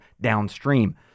downstream